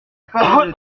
parole